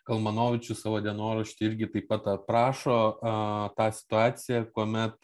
kalmanovičius savo dienorašty irgi taip pat aprašo a tą situaciją kuomet